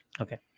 Okay